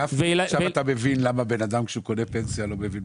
עכשיו אתה מבין למה בן אדם שקונה פנסיה לא מבין.